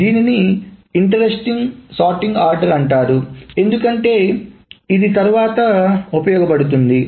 కాబట్టి దీనిని ఆసక్తికరమైన క్రమబద్ధీకరణ క్రమం అంటారు ఎందుకంటే ఇది తరువాత ఉపయోగపడుతుంది